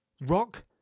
Rock